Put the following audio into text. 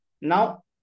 now